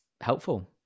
helpful